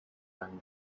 money